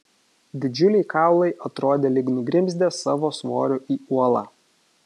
didžiuliai kaulai atrodė lyg nugrimzdę savo svoriu į uolą